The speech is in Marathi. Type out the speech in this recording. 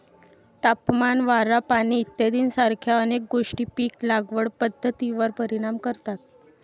तापमान, वारा, पाणी इत्यादीसारख्या अनेक गोष्टी पीक लागवड पद्धतीवर परिणाम करतात